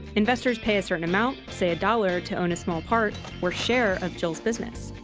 investors pay a certain amount, say a dollar, to own a small part or share of jill's business.